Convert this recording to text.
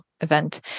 event